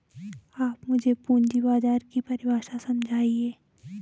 आप मुझे पूंजी बाजार की परिभाषा समझाइए